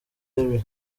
perry